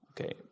Okay